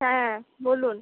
হ্যাঁ বলুন